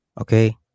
Okay